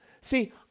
See